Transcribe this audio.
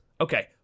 Okay